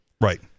Right